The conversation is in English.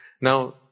now